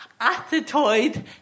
acetoid